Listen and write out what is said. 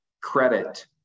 credit